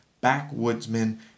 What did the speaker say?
backwoodsman